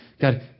God